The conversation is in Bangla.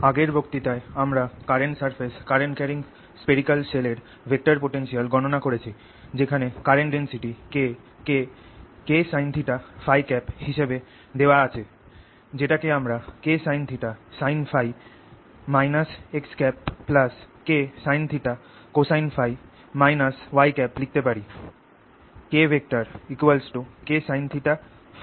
আগের বক্তৃতায় আমরা current surface current carrying spherical shell এর ভেক্টর পোটেনশিয়াল গণনা করেছি যেখানে কারেন্ট ডেন্সিটি K কে K sin θ Փ হিসাবে দেওয়া আছে যেটাকে আমরা K sin θ sin Փ K sin θ cosine Փ লিখতে পারি